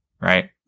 Right